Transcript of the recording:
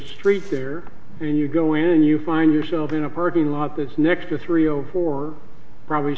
street there and you go in and you find yourself in a parking lot that's next to three o four probably